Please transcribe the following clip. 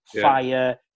fire